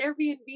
Airbnb